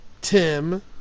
Tim